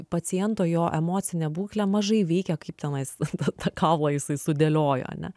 paciento jo emocinę būklę mažai veikia kaip tenais tą kaulą jisai sudėliojo ane